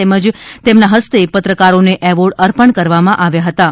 તઘ્રજ તઘ્રના હસ્ત પત્રકારોન એવોર્ડ અર્પણ કરવામાં આવ્યાં હતાં